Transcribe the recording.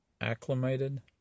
acclimated